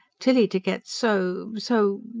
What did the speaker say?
tilly to get so. so.